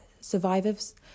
survivors